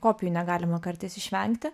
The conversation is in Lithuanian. kopijų negalima kartais išvengti